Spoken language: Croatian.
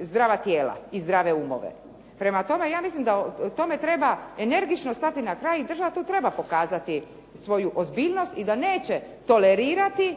zdrava tijela i zdrave umove. Prema tome, ja mislim da tome treba energično stati na kraj i država to treba pokazati svoju ozbiljnost i da neće tolerirati